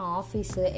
office